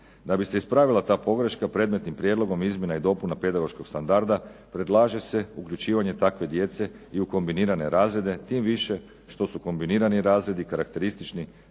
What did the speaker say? Da bi se ispravila ta pogreška predmetnim prijedlogom izmjena i dopuna pedagoškog standarda predlaže se uključivanje takve djece i u kombinirane razrede, tim više što su kombinirani razredi karakteristični